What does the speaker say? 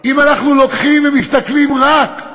אם אנחנו לוקחים ומסתכלים רק,